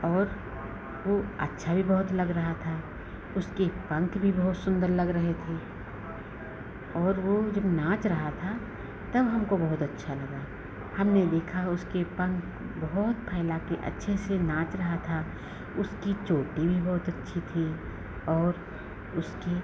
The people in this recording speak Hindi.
और वह अच्छा भी बहुत लग रहा था उसके पंख भी बहुत सुन्दर लग रहे थे और वह जब नाच रहा था तब हमको बहुत अच्छा लगा हमने देखा उसके पंख बहुत फैलाकर अच्छे से नाच रहा था उसकी चोटी भी बहुत अच्छी थी और उसकी